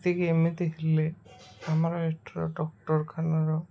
ସେତିକି ଏମିତି ହେଲେ ଆମର ଏଠାର ଡକ୍ଟରଖାନାର